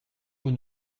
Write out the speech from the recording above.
vous